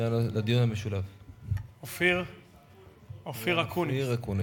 אופיר אקוניס.